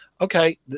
okay